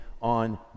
On